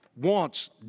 wants